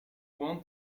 want